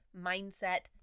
Mindset